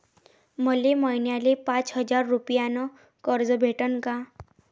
मले महिन्याले पाच हजार रुपयानं कर्ज भेटन का?